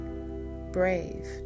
brave